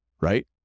right